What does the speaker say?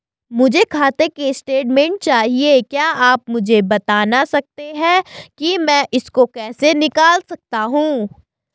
मुझे खाते की स्टेटमेंट चाहिए क्या आप मुझे बताना सकते हैं कि मैं इसको कैसे निकाल सकता हूँ?